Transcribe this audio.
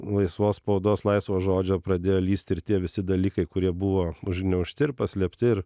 laisvos spaudos laisvo žodžio pradėjo lįsti ir tie visi dalykai kurie buvo užgniaužti ir paslėpti ir